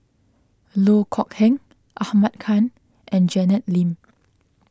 Loh Kok Heng Ahmad Khan and Janet Lim